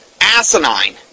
Asinine